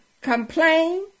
complain